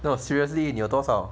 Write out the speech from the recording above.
no seriously 你有多少